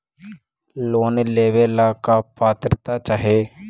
Loan लेवेला का पात्रता चाही?